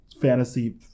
fantasy